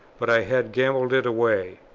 but i had gambled it away,